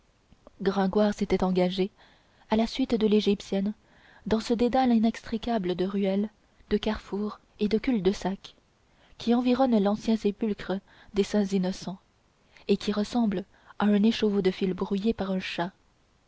gringoire s'était engagé à la suite de l'égyptienne dans ce dédale inextricable de ruelles de carrefours et de culs-de-sac qui environne l'ancien sépulcre des saints innocents et qui ressemble à un écheveau de fil brouillé par un chat